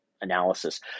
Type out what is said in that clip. analysis